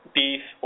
beef